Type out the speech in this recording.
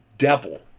devil